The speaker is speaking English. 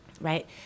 Right